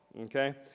okay